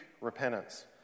Repentance